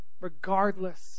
regardless